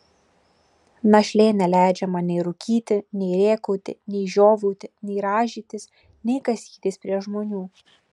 našlė neleidžia man nei rūkyti nei rėkauti nei žiovauti nei rąžytis nei kasytis prie žmonių